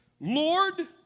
lord